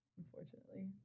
unfortunately